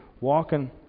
walking